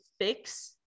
fix